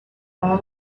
all